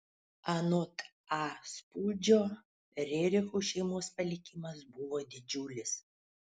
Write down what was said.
anot a spūdžio rerichų šeimos palikimas buvo didžiulis